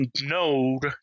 node